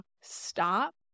stop